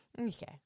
okay